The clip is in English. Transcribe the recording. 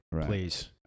please